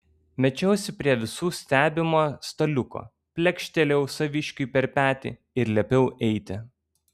mečiausi prie visų stebimo staliuko plekštelėjau saviškiui per petį ir liepiau eiti